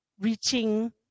Reaching